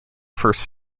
first